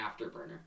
afterburner